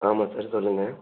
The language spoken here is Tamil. ஆமாம் சார் சொல்லுங்க